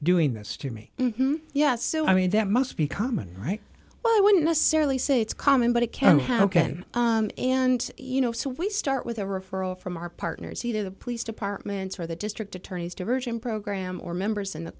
doing this to me yes so i mean that must be common right well i wouldn't necessarily say it's common but it can how can and you know so we start with a referral from our partners either the police departments or the district attorney's diversion program or members in the